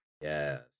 yes